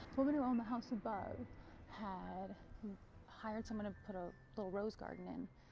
woman who owned the house above had hired someone to put a little rose garden in.